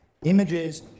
Images